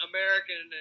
American